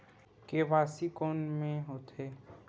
KYC कोन में होथे?